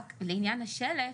לעניין השלט,